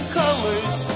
colors